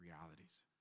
realities